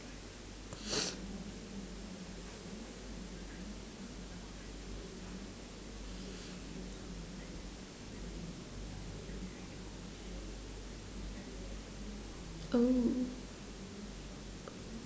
oh